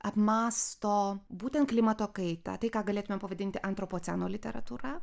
apmąsto būtent klimato kaitą tai ką galėtumėme pavadinti antropoceno literatūra